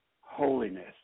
holiness